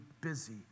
busy